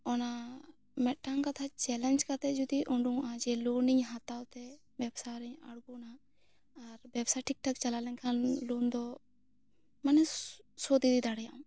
ᱚᱱᱟ ᱢᱮᱫᱴᱟᱝ ᱠᱟᱛᱷᱟ ᱪᱮᱞᱮᱱᱡᱽ ᱠᱟᱛᱮ ᱡᱚᱫᱤ ᱳᱰᱳᱝᱚᱜᱼᱟ ᱡᱮ ᱞᱳᱱᱤᱧ ᱦᱟᱛᱟᱣ ᱛᱮ ᱵᱮᱵᱥᱟ ᱨᱮ ᱟᱬᱜᱳᱱᱟ ᱟᱨ ᱵᱮᱵᱥᱟ ᱴᱷᱤᱠ ᱴᱷᱟᱠ ᱪᱟᱞᱟᱜ ᱞᱮᱱᱠᱷᱟᱱ ᱞᱳᱱ ᱫᱚ ᱢᱟᱱᱮ ᱥᱳᱫ ᱤᱫᱤ ᱫᱟᱲᱮᱭᱟᱜᱼᱟ